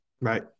right